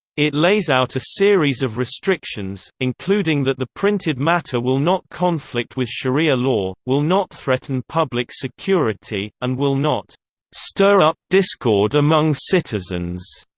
it lays out a series of restrictions, including that the printed matter will not conflict with sharia law, will not threaten public security, and will not stir up discord among citizens.